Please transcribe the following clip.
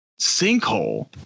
sinkhole